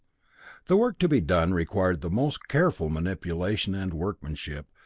the work to be done required the most careful manipulation and workmanship,